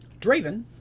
Draven